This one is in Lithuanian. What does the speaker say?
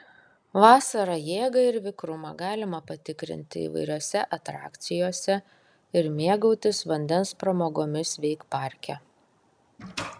vasarą jėgą ir vikrumą galima patikrinti įvairiose atrakcijose ir mėgautis vandens pramogomis veikparke